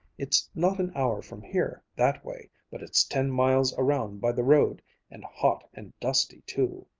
it's not an hour from here, that way, but it's ten miles around by the road and hot and dusty too.